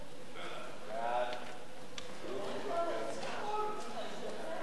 חוק לתיקון פקודת היערות (מס' 5),